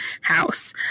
house